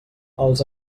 als